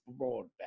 broadband